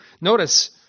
notice